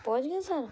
پہنچ گئے سر